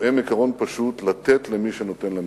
תואם עיקרון פשוט, לתת למי שנותן למדינה.